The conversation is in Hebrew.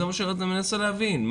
זה מה שאני מנסה להבין.